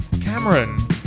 Cameron